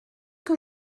que